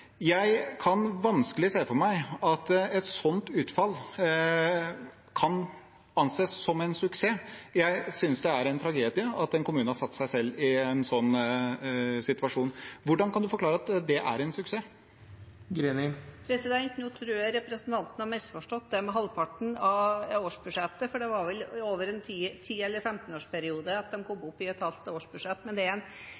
Jeg kan vanskelig se for meg at et sånt utfall kan anses som en suksess. Jeg synes det er en tragedie at en kommune har satt seg selv i en sånn situasjon. Hvordan kan representanten forklare at det er en suksess? Nå tror jeg representanten har misforstått det med halvparten av årsbudsjettet, for det var vel over en ti- eller femtenårsperiode at de kom